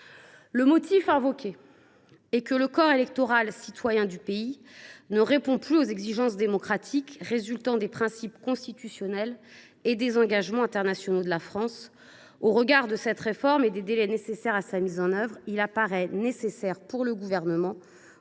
Le motif invoqué est que le corps électoral citoyen du pays « ne répond plus aux exigences démocratiques résultant de nos principes constitutionnels et des engagements internationaux de la France »:« Au regard de cette réforme et des délais nécessaires à sa mise en œuvre, il apparaît ainsi nécessaire de repousser le renouvellement